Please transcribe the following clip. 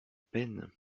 peine